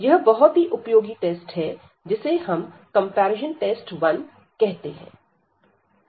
यह बहुत ही उपयोगी टेस्ट है जिसे हम कंपैरिजन टेस्ट 1 कहते हैं